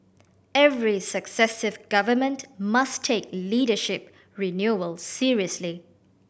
every successive Government must take leadership renewal seriously